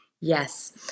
Yes